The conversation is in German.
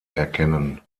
erkennen